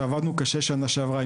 שעבדנו קשה בשנה שעברה,